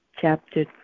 chapter